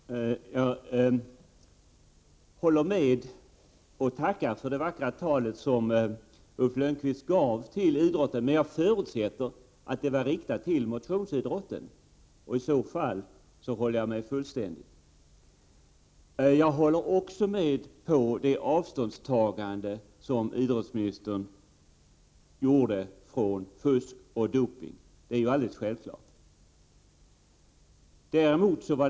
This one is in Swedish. Herr talman! Jag håller i viss mån med Ulf Lönnqvist och tackar för det 8 november 1988 vackra tal som han höll till idrotten. Jag förutsätter att talet var riktat till B Om doping och kom motionsidrotten. Om så var fallet håller jag med fullständigt. Jag håller också slänger SER . sur 3 S dr mersialisering nom med idrottsministern i hans avståndstagande från fusk och doping. Det är bollen självklart att vi tar avstånd från sådant.